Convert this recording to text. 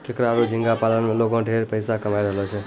केकड़ा आरो झींगा पालन में लोगें ढेरे पइसा कमाय रहलो छै